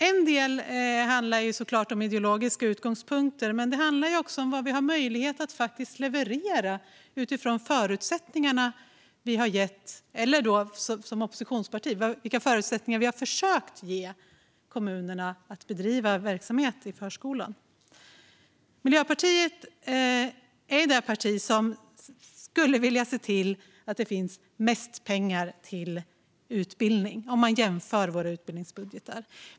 En del handlar såklart om ideologiska utgångspunkter, men det handlar också om vad man har möjlighet att leverera utifrån de förutsättningar vi har gett - eller de förutsättningar vi som oppositionsparti har försökt ge - kommunerna att bedriva verksamhet i förskolan. Miljöpartiet är det parti som vill ge mest pengar till utbildning, ser man om man jämför partiernas utbildningsbudgetar.